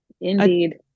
indeed